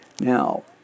Now